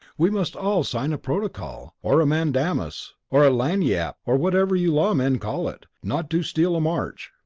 we must all sign a protocol, or a mandamus or a lagniappe or whatever you law men call it, not to steal a march.